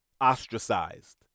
ostracized